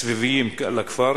סובבים את הכפר,